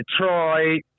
Detroit